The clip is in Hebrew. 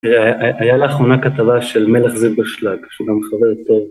‫היה לאחרונה כתבה של מלך זיגושלג, ‫שגם חבר טוב...